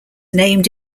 named